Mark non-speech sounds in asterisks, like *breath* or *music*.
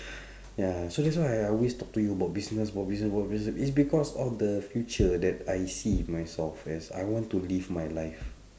*breath* ya so that's why I I always talk to you about business about business about business is because of the future that I see myself as I want to live my life